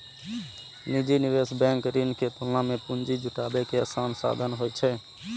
निजी निवेश बैंक ऋण के तुलना मे पूंजी जुटाबै के आसान साधन होइ छै